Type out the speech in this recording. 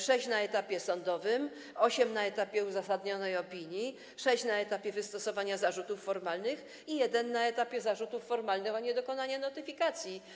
Sześć z nich było na etapie sądowym, osiem na etapie uzasadnionej opinii, sześć na etapie wystosowania zarzutów formalnych i jeden na etapie zarzutów formalnych o niedokonanie notyfikacji.